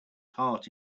heart